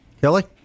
Kelly